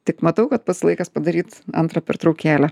tik matau kad pats laikas padaryt antrą pertraukėlę